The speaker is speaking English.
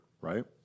right